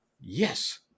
yes